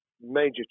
major